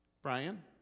Brian